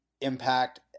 Impact